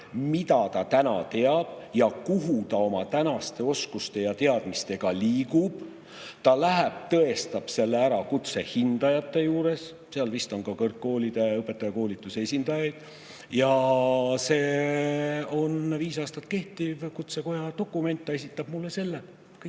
mida ta teab ja kuhu ta oma tänaste oskuste ja teadmistega liigub. Ta läheb ja tõestab selle ära kutse hindajate juures, nende hulgas vist on ka kõrgkoolide õpetajakoolituse esindajaid. See on viis aastat kehtiv Kutsekoja dokument, ta esitab mulle selle. Kõik!